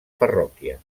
parròquia